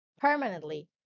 Permanently